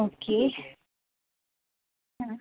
okay ആ